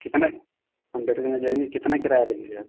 कितने अम्बेडकर नगर जाएँगे कितना किराया लेंगे आप